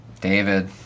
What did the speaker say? david